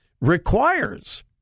requires